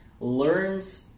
learns